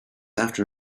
after